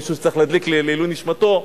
מישהו שצריך להדליק לעילוי נשמתו.